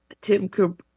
Tim